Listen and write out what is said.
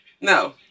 No